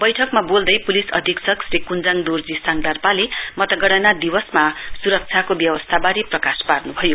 बैठकमा बोल्दै प्लिस अध्यक्ष श्री क्ञ्जाङ दोर्जी साङदारपाले मतगणना दिवसमा स्रक्षाको व्यवस्थावारे प्रकाश पार्न्भयो